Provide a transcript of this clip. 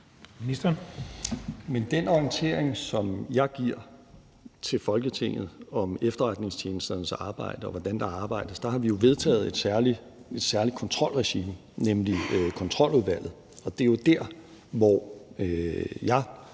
den orientering, som jeg giver til Folketinget om efterretningstjenesternes arbejde, og hvordan der arbejdes, har vi jo vedtaget et særligt kontrolregime, nemlig Kontroludvalget. Det er jo der, hvor jeg